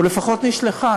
או לפחות נשלחה.